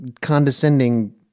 condescending